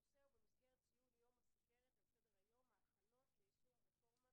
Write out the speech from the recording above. הנושא במסגרת ציון יום הסוכרת על סדר היום: ההכנות ליישום רפורמת